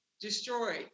destroyed